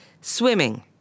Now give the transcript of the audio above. Swimming